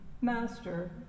Master